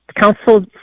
council